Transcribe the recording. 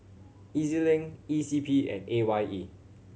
E Z Link E C P and A Y E